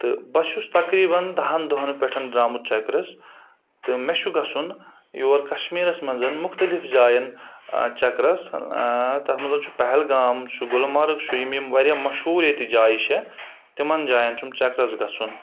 تہٕ بہٕ چھُس تقریٖبًا دَہَن دۄہن پٮ۪ٹھ درٛامُت چکرس تہٕ مےٚ چھُ گژھُن یور کشمیٖرس منٛز مُختلِف جایَن ٲں چکرس ٲں تتھ منٛز چھُ پہلگام چھُ گُلمرگ چھُ یِم یِم واریاہ مشہوٗر ییٚتہِ جایہِ چھِ تِمن جاین چھُم چکرس گژھُن